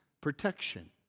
protection